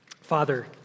Father